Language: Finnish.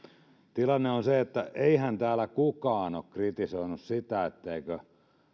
tilanne on se että eihän täällä kukaan ole kritisoinut sitä etteikö